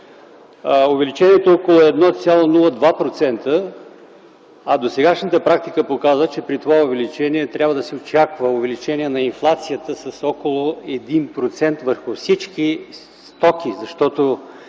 увеличението е около 1,02%, а досегашната практика показва, че при това увеличение трябва да се очаква увеличение на инфлацията с около 1% върху всички стоки. Защото